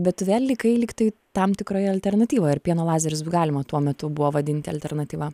bet tu vėl likai lygtai tam tikroj alternatyvoj ar pieno lazerius galima tuo metu buvo vadinti alternatyva